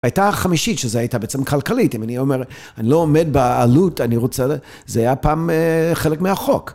הייתה חמישית, שזו הייתה בעצם כלכלית, אם אני אומר, אני לא עומד בעלות, אני רוצה... זה היה פעם חלק מהחוק.